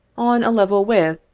on a level with,